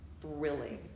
thrilling